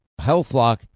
HealthLock